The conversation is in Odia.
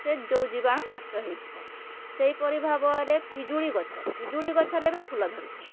ସେ ଯୋଉ ଜୀବାଣୁ ନଷ୍ଟ ହେଇଯିବ ସେହିପରି ଭାବରେ ପିଜୁଳି ଗଛ ପିଜୁଳି ଗଛରେ ଏବେ ଫୁଲ ଧରୁଥାଏ